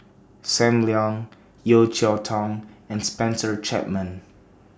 SAM Leong Yeo Cheow Tong and Spencer Chapman